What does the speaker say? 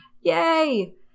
yay